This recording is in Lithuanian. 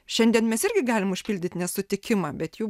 šiandien mes irgi galim užpildyt nesutikimą bet jų